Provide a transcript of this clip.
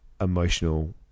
emotional